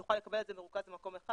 תוכל לקבל את זה במרוכז במקום אחד.